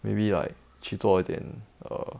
maybe like 去做一点 err